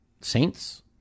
Saints